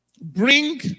bring